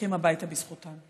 מחייכים הביתה בזכותן.